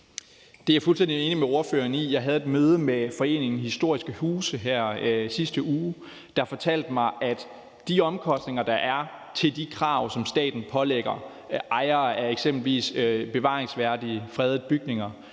Det er jeg fuldstændig enig med ordføreren i. Jeg havde et møde med foreningen Historiske Huse her i sidste uge, der fortalte mig, at med de omkostninger, der er i forbindelse med de krav, som staten pålægger ejere af eksempelvis bevaringsværdige, fredede bygninger,